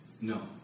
no